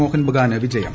മോഹൻബഗാന് വിജയം